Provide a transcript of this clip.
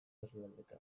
herrialdeka